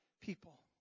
people